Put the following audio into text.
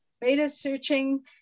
beta-searching